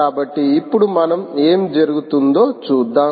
కాబట్టి ఇప్పుడు మనం ఏమి జరుగుతుందో చూద్దాం